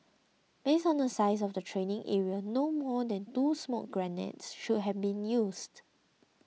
based on the size of the training area no more than two smoke grenades should have been used